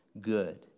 good